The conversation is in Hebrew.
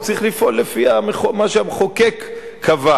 הוא צריך לפעול לפי מה שהמחוקק קבע.